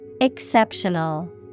Exceptional